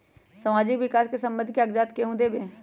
समाजीक विकास संबंधित कागज़ात केहु देबे?